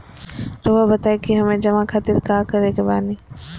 रहुआ बताइं कि हमें जमा खातिर का करे के बानी?